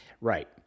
Right